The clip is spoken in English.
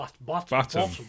Bottom